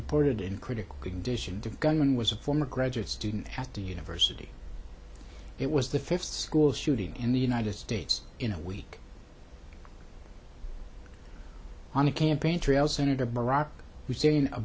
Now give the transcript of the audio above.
reported in critical condition the gunman was a former graduate student at the university it was the fifth school shooting in the united states in a week on the campaign trail sen barack hussein